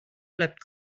bleibt